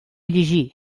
llegir